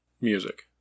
music